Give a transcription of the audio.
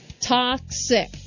Toxic